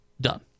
Done